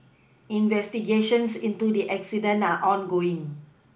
investigations into the incident are ongoing